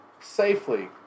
safely